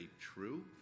true